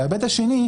ההיבט השני,